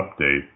update